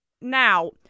Now